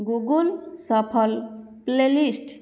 Google ସଫଲ playlist